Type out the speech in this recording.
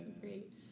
great